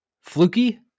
fluky